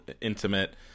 intimate